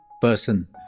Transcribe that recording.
person